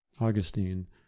Augustine